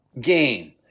game